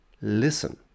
Listen